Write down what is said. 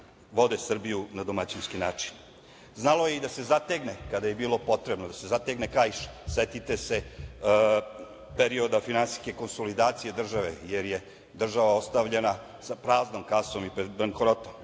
vode Srbiju na domaćinski način. Znalo je i da se zategne kada je bilo potrebno da se zategne kaiš. Setite se perioda finansijske konsolidacije države, jer je država ostavljena sa praznom kasom. Znalo